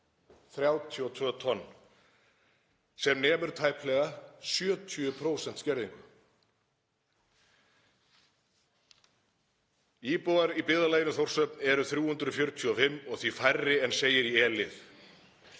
32 tonn, sem nemur tæplega 70% skerðingu. „Íbúar í byggðarlaginu Þórshöfn eru 345 og því færri en segir í e-lið.